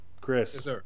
chris